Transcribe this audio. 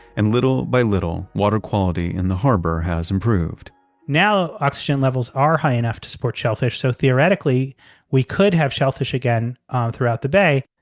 and little by little, water quality in the harbor has improved now oxygen levels are high enough to support shellfish, so theoretically we could have shellfish again um throughout the bay.